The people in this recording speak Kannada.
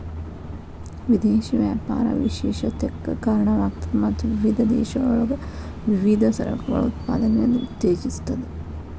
ವಿದೇಶಿ ವ್ಯಾಪಾರ ವಿಶೇಷತೆಕ್ಕ ಕಾರಣವಾಗ್ತದ ಮತ್ತ ವಿವಿಧ ದೇಶಗಳೊಳಗ ವಿವಿಧ ಸರಕುಗಳ ಉತ್ಪಾದನೆಯನ್ನ ಉತ್ತೇಜಿಸ್ತದ